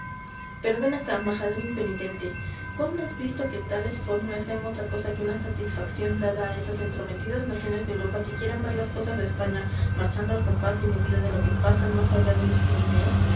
pero ven acá majadero impenitente cuándo has visto que tales fórmulas sean otra cosa que una satisfacción dada a esas entrometidas naciones de europa que quieren ver las cosas de españa marchando al compás y medida de lo que pasa más allá de los pirineos